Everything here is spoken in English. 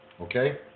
Okay